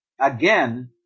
again